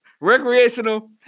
recreational